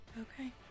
okay